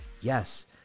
Yes